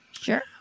Sure